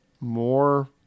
more